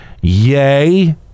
yay